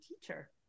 teacher